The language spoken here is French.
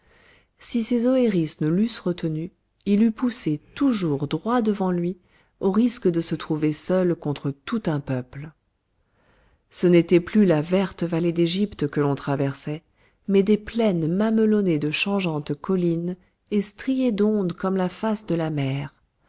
si ses oëris ne l'eussent retenu il eût poussé toujours droit devant lui au risque de se trouver seul contre tout un peuple ce n'était plus la verte vallée d'égypte que l'on traversait mais des plaines mamelonnées de changeantes collines et striées d'ondes comme la face de la mer